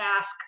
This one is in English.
ask